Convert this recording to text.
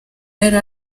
yari